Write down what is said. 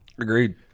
agreed